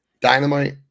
Dynamite